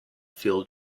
fuel